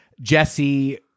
Jesse